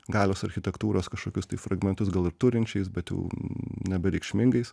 galios architektūros kažkokius tai fragmentus gal ir turinčiais bet jau nebereikšmingais